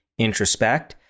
introspect